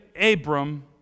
Abram